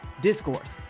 discourse